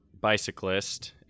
bicyclist